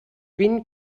vint